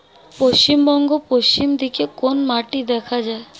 পশ্চিমবঙ্গ পশ্চিম দিকে কোন মাটি দেখা যায়?